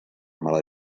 mala